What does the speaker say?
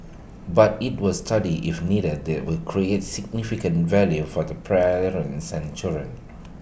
but IT will study if indeed they will create significant value for the parents and children